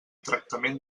tractament